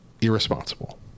Irresponsible